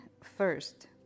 first